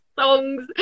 songs